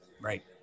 Right